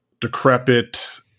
decrepit